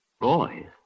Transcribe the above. Boy